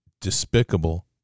despicable